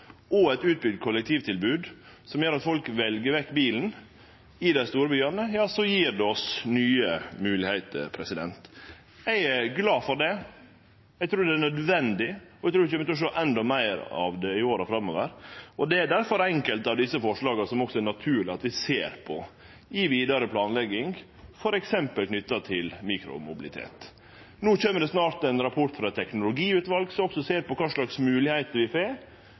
og eit utbygd kollektivtilbod som gjer at folk vel vekk bilen i dei store byane, gjev det oss nye moglegheiter. Eg er glad for det. Eg trur det er nødvendig, og eg trur vi kjem til å sjå endå meir av det i åra framover. Difor er det naturleg at vi ser på enkelte av desse forslaga også i vidare planlegging, f.eks. knytt til mikromobilitet. No kjem det snart ein rapport frå eit teknologiutval, som også ser på kva moglegheiter vi får